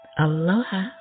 Aloha